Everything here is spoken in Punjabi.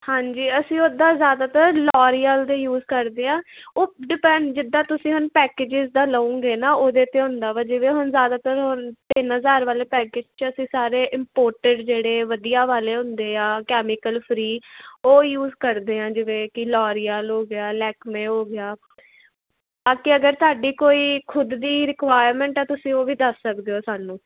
ਹਾਂਜੀ ਅਸੀਂ ਉੱਦਾਂ ਜ਼ਿਆਦਾਤਰ ਲੋਰੀਅਲ ਦੇ ਯੂਜ ਕਰਦੇ ਆ ਉਹ ਡਿਪੈਂਡ ਜਿੱਦਾਂ ਤੁਸੀਂ ਹੁਣ ਪੈਕੇਜਜ ਦਾ ਲਵੋਗੇ ਨਾ ਉਹਦੇ 'ਤੇ ਹੁੰਦਾ ਵਾ ਜਿਵੇਂ ਹੁਣ ਜ਼ਿਆਦਾਤਰ ਤਿੰਨ ਹਜ਼ਾਰ ਵਾਲੇ ਪੈਕਟ 'ਚ ਅਸੀਂ ਸਾਰੇ ਇੰਪੋਰਟੈਂਟ ਜਿਹੜੇ ਵਧੀਆ ਵਾਲੇ ਹੁੰਦੇ ਆ ਕੈਮੀਕਲ ਫਰੀ ਉਹ ਯੂਜ ਕਰਦੇ ਆ ਜਿਵੇਂ ਕਿ ਲੋਰੀਆਲ ਹੋ ਗਿਆ ਲੈਕਮੇ ਹੋ ਗਿਆ ਬਾਕੀ ਅਗਰ ਤੁਹਾਡੇ ਕੋਈ ਖੁਦ ਦੀ ਰਿਕਵਾਇਰਮੈਂਟ ਆ ਤੁਸੀਂ ਉਹ ਵੀ ਦੱਸ ਸਕਦੇ ਹੋ ਸਾਨੂੰ